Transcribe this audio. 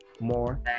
more